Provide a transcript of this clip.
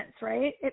right